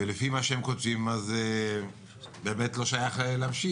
לפי מה שהם כותבים באמת לא שייך להמשיך.